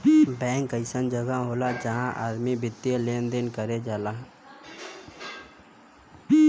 bank अइसन जगह होला जहां आदमी वित्तीय लेन देन कर जाला